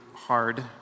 hard